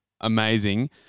amazing